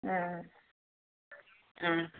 ஆ ஆ ஆ